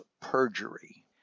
perjury